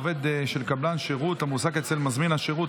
הרחבת תחולה על עובד של קבלן שירות המועסק אצל מזמין השירות),